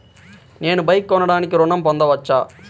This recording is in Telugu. నేను బైక్ కొనటానికి ఋణం పొందవచ్చా?